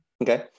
okay